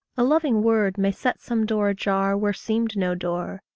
a loving word may set some door ajar where seemed no door,